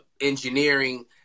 engineering